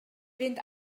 fynd